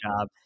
job